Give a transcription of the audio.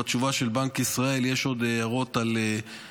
בתשובה של בנק ישראל יש עוד הערות על ההשוואה,